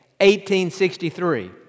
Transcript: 1863